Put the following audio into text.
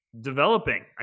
developing